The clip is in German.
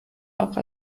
auch